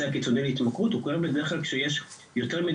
הקיצוני להתמכרות והוא קורה בדרך כלל כשיש יותר מידי